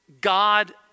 God